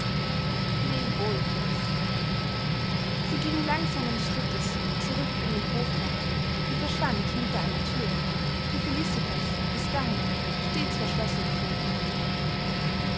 leb wohl fritz sie ging langsamen schrittes zurück in den hofraum und verschwand hinter einer thür die felicitas bis dahin stets verschlossen gefunden hatte